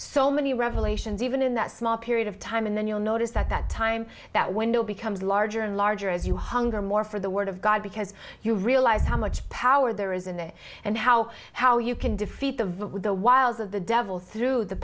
so many revelations even in that small period of time and then you'll notice that that time that window becomes larger and larger as you hunger more for the word of god because you realize how much power there is in it and how how you can defeat the vote with the wiles of the devil through the